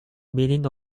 meaning